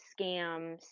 scams